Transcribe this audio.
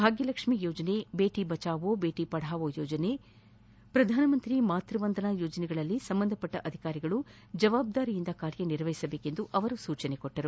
ಭಾಗ್ಣಲಕ್ಷ್ಮಿ ಯೋಜನೆ ದೇಟಿ ಬಚಾವೋ ದೇಟಿ ಪಡಾವೋ ಯೋಜನೆ ಪ್ರಧಾನಮಂತ್ರಿ ಮಾತ್ಸವಂದನಾ ಯೋಜನೆಗಳಲ್ಲಿ ಸಂಬಂಧಿಸಿದ ಅಧಿಕಾರಿಗಳು ಜವಾಬ್ದಾರಿಯುತವಾಗಿ ಕಾರ್ಯನಿರ್ವಹಿಸಬೇಕು ಎಂದು ಹೇಳಿದರು